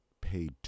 paid